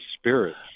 spirits